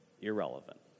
irrelevant